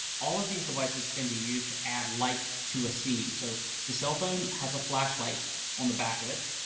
all of these devices can be used to add light to a scene. so the cellphone has a flashlight on the back of it,